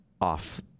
off